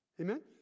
Amen